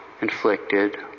inflicted